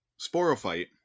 sporophyte